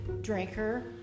drinker